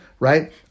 Right